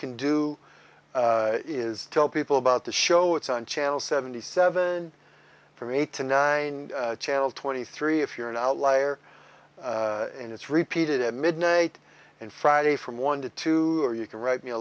can do is tell people about the show it's on channel seventy seven from eight to nine channel twenty three if you're an outlier and it's repeated at midnight and friday from one to two or you can write me a